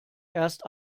erst